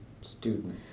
student